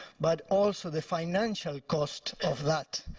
but also the financial cost of that.